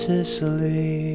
Sicily